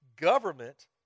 government